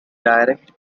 direct